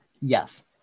Yes